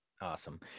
Awesome